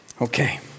okay